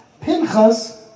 Pinchas